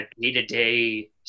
day-to-day